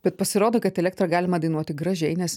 bet pasirodo kad elektrą galima dainuoti gražiai nes